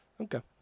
Okay